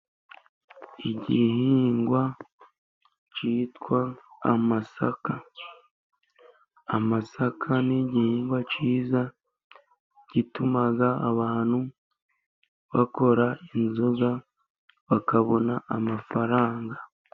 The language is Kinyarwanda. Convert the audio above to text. Igihingwa cyitwa amasaka, amasaka ni igihingwa cyiza, gituma abantu bakora inzoga, bakabona amafaranga.